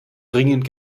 dringend